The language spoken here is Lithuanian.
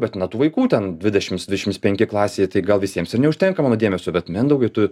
bet na tų vaikų ten dvidešims dvidešims penki klasėje tai gal visiems ir neužtenka mano dėmesio bet mindaugai tu